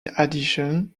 addition